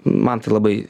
man tai labai